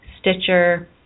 Stitcher